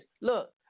look